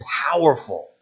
powerful